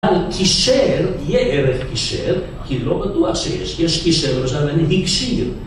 על קישר, יהיה ערך קישר, כי לא בטוח שיש, יש קישר למשל הקשיר.